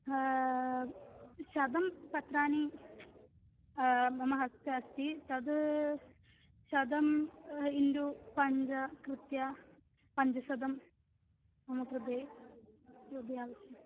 शतं पत्राणि मम हस्ते अस्ति तद् शतम् इन्टु पञ्चकृत्य पञ्चशतं मम कृते कृते आवश्यकम्